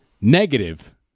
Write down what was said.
negative